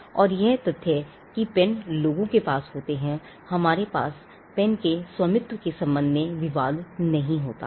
और यह तथ्य कि पेन लोगों के पास होते हैं हमारे पास पेन के स्वामित्व के संबंध में विवाद नहीं होता है